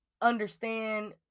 understand